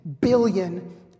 billion